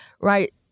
right